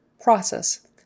Process